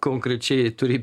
konkrečiai turi